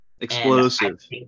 explosive